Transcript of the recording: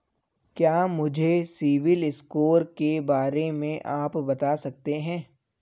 क्या मुझे CIBIL score के बारे में आप बता सकते हैं?